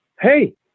Hey